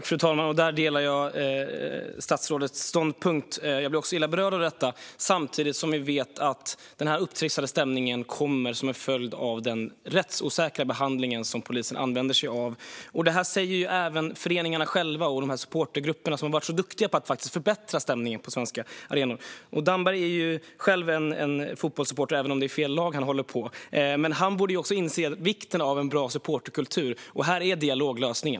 Fru talman! Där delar jag statsrådets ståndpunkt. Jag blev också illa berörd av detta. Samtidigt vet vi att denna upptrissade stämning kommer som en följd av den rättsosäkra behandling som polisen använder sig av. Detta säger även föreningarna själva och de supportergrupper som har varit så duktiga på att faktiskt förbättra stämningen på svenska arenor. Mikael Damberg är själv en fotbollssupporter, även om han håller på fel lag. Men han borde också inse vikten av en bra supporterkultur. Här är dialog lösningen.